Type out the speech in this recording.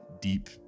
deep